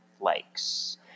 likes